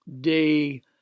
day